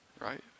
Right